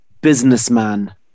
businessman